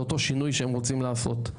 לאותו שינוי שהם רוצים לעשות.